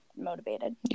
motivated